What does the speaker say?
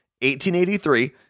1883